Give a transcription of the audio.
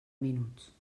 minuts